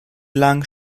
lang